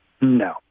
No